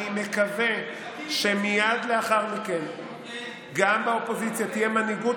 אני מקווה שמייד לאחר מכן גם באופוזיציה תהיה מנהיגות